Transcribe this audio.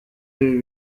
ibi